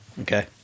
Okay